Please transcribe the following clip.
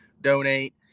donate